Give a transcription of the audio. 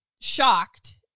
shocked